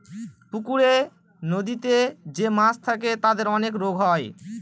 পুকুরে, নদীতে যে মাছ থাকে তাদের অনেক রোগ হয়